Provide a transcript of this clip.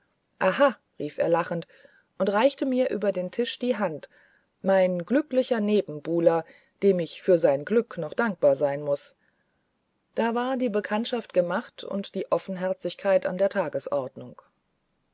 aha rief er lachend und reichte mir über den tisch die hand mein glücklicher nebenbuhler dem ich für sein glück noch dankbar sein muß da war die bekanntschaft gemacht und die offenherzigkeit an der tagesordnung